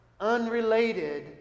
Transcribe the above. unrelated